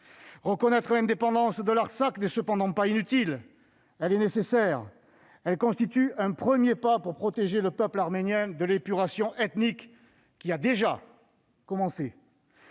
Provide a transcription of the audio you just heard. Reconnaître l'indépendance de l'Artsakh n'est cependant pas inutile. Cette reconnaissance est nécessaire ; elle constitue un premier pas pour protéger le peuple arménien de l'épuration ethnique qui a déjà commencé.